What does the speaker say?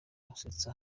gusetsa